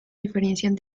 diferencian